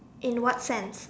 in what sense